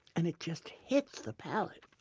and it just hits the palate!